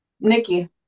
Nikki